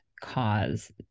cause